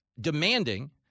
demanding